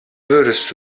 würdest